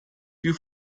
più